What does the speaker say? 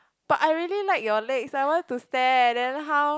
but I really like your legs I want to stare then how